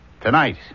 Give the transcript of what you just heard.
Tonight